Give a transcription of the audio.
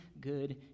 good